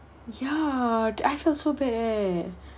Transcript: ya I felt so bad